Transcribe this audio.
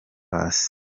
paccy